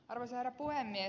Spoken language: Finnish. arvoisa herra puhemies